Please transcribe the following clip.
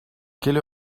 quelle